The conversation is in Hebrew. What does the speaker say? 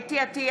חוה אתי עטייה,